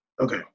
Okay